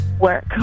work